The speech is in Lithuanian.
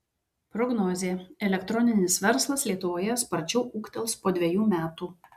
prognozė elektroninis verslas lietuvoje sparčiau ūgtels po dvejų metų